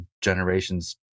generation's